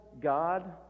God